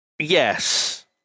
Yes